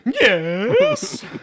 Yes